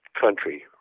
country